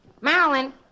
Marilyn